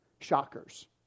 shockers